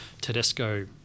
Tedesco